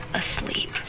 asleep